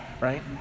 right